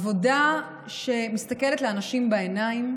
עבודה שמסתכלת לאנשים בעיניים